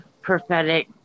prophetic